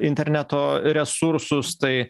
interneto resursus tai